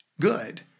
good